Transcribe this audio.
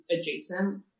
adjacent